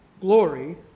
glory